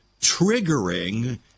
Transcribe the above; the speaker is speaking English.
triggering